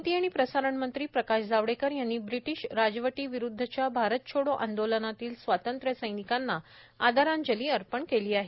माहिती आणि प्रसारण मंत्री प्रकाश जावडेकर यांनी ब्रिटिश राजवटीविरुदधच्या भारत छोडो आंदोलनातील स्वातंत्र्यसैनिकांना आदरांजली अर्पण केली आहे